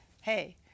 hey